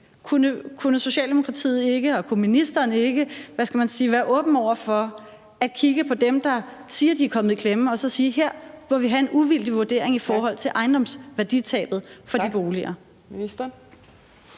Kunne Socialdemokratiet og ministeren ikke være åbne over for at kigge på dem, der siger de er kommet i klemme, og sige, at her må vi have en uvildig vurdering i forhold til ejendomsværditabet for de boligejere?